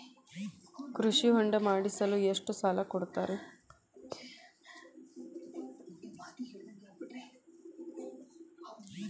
ಕೃಷಿ ಹೊಂಡ ಮಾಡಿಸಲು ಎಷ್ಟು ಸಾಲ ಕೊಡ್ತಾರೆ?